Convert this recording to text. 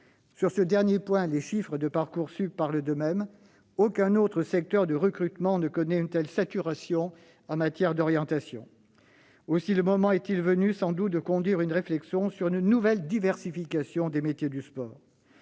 Sur ce dernier point, les chiffres de Parcoursup parlent d'eux-mêmes : aucun autre secteur de recrutement ne connaît une telle saturation en matière d'orientation. Aussi le moment est-il sans doute venu de conduire une réflexion sur une nouvelle diversification des métiers du sport.